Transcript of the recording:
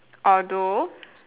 although